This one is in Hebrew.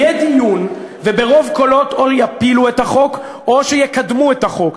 יהיה דיון וברוב קולות או שיפילו את החוק או שיקדמו את החוק,